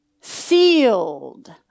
Sealed